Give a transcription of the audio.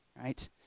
right